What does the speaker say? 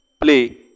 play